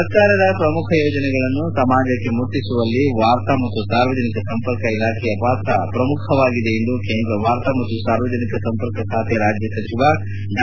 ಸರ್ಕಾರದ ಪ್ರಮುಖ ಯೋಜನೆಗಳನ್ನು ಸಮಾಜಕ್ಕೆ ಮುಟ್ಟಿಸುವಲ್ಲಿ ವಾರ್ತಾ ಮತ್ತು ಸಾರ್ವಜನಿಕ ಸಂಪರ್ಕ ಇಲಾಖೆಯ ಪಾತ್ರ ಪ್ರಮುಖವಾಗಿದೆ ಎಂದು ಕೇಂದ್ರ ವಾರ್ತಾ ಮತ್ತು ಸಾರ್ವಜನಿಕ ಸಂಪರ್ಕ ಖಾತೆ ರಾಜ್ಯ ಸಚಿವ ಡಾ